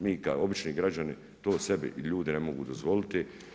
Mi kao obični građani to sebi i ljudi ne mogu dozvoliti.